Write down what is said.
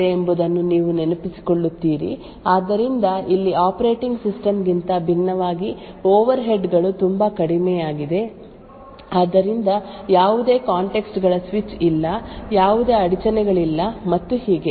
RPC ಸಮಯದಲ್ಲಿ operating system ಏನು ಮಾಡುತ್ತದೆ ಎಂಬುದನ್ನು ನೀವು ನೆನಪಿಸಿಕೊಳ್ಳುತ್ತೀರಿ ಆದ್ದರಿಂದ ಇಲ್ಲಿ ಆಪರೇಟಿಂಗ್ ಸಿಸ್ಟಮ್ ಗಿಂತ ಭಿನ್ನವಾಗಿ ಓವರ್ಹೆಡ್ ಗಳು ತುಂಬಾ ಕಡಿಮೆಯಾಗಿದೆ ಆದ್ದರಿಂದ ಯಾವುದೇ ಕಾಂಟೆಕ್ಸ್ಟ್ ಗಳ ಸ್ವಿಚ್ ಇಲ್ಲ ಯಾವುದೇ ಅಡಚಣೆಗಳಿಲ್ಲ ಮತ್ತು ಹೀಗೆ